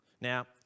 Now